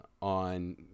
on